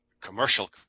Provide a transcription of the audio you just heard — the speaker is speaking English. commercial